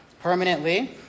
permanently